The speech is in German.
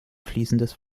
fließendes